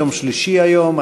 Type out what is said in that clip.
יום שלישי היום,